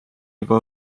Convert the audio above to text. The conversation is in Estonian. juba